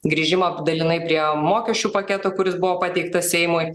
grįžimą dalinai prie mokesčių paketo kuris buvo pateiktas seimui